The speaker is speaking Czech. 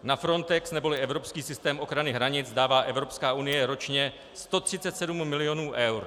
Na Frontex neboli evropský systém ochrany hranic dává Evropská unie ročně 137 milionů eur.